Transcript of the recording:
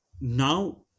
now